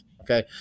okay